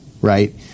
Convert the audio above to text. right